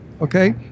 okay